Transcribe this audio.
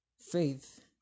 faith